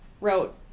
wrote